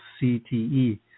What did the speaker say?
CTE